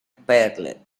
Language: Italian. perle